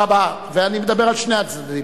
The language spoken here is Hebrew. ואני מדבר על שני הצדדים.